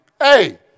hey